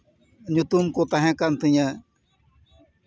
ᱧᱩᱛᱩᱢ ᱠᱚ ᱛᱟᱦᱮᱸ ᱠᱟᱱ ᱛᱤᱧᱟᱹ